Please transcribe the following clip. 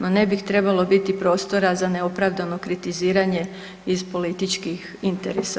No ne bi trebalo biti prostora za neopravdano kritiziranje iz političkih interesa.